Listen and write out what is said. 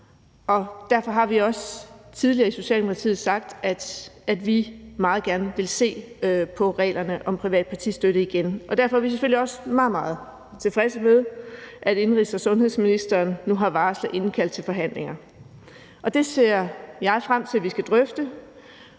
Derfor har vi også tidligere i Socialdemokratiet sagt, at vi meget gerne vil se på reglerne om privat partistøtte igen, og derfor er vi selvfølgelig også meget, meget tilfredse med, at indenrigs- og sundhedsministeren nu har varslet, at hun vil indkalde til forhandlinger. Det ser jeg frem til vi skal drøfte,